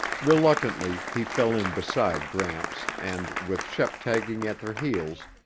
reluctantly he fell in beside gramps and, with shep tagging at their heels,